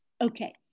Okay